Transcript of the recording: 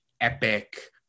epic